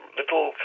little